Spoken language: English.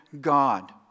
God